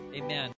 amen